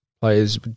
players